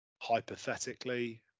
hypothetically